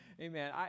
Amen